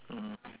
mm